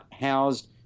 housed